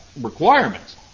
requirements